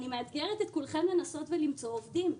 אני מאתגרת את כולכם לנסות ולמצוא עובדים.